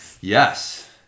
Yes